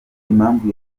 impamvu